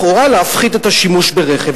לכאורה, להפחית את השימוש ברכב.